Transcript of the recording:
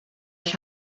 ich